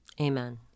Amen